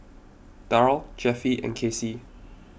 Darl Jeffie and Kasey